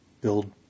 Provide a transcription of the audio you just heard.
build